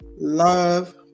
love